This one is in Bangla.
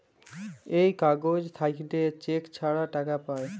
এই কাগজ থাকল্যে চেক ছাড়া টাকা পায়